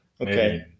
Okay